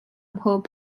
mhob